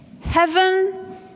Heaven